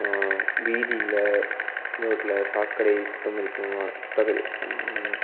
வீதியில் ரோட்டில சாக்கடை சுத்தம்கரிப்பு ம சுத்தகரி